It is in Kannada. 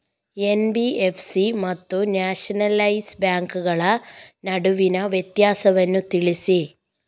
ಎನ್.ಬಿ.ಎಫ್.ಸಿ ಮತ್ತು ನ್ಯಾಷನಲೈಸ್ ಬ್ಯಾಂಕುಗಳ ನಡುವಿನ ವ್ಯತ್ಯಾಸವನ್ನು ತಿಳಿಸಿ?